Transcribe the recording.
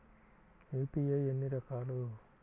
UPI ఎన్ని రకాలు?